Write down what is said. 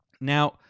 Now